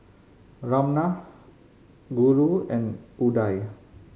Ramnath Guru and Udai